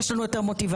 יש לנו יותר מוטיבציה.